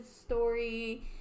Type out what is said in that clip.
story